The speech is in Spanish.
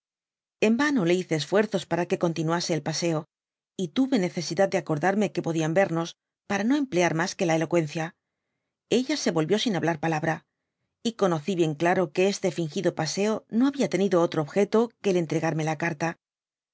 en yano le hice esfuerzos para que continuase el paseo y tuve necesidad de acordarme que podian yernos para no emplear mas que la elocuencia éua se yolyió sin hablar palabra y conocí bien claro que este fingido paseo nohabia tenido otro objeto que el entregarme la carta